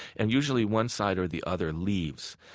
and usually one side or the other leaves.